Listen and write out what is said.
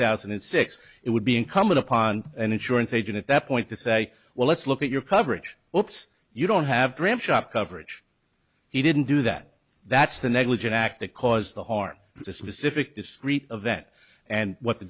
thousand and six it would be incumbent upon an insurance agent at that point to say well let's look at your coverage opes you don't have dram shop coverage he didn't do that that's the negligent act that caused the harm it's a specific discrete event and what the